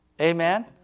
Amen